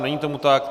Není tomu tak.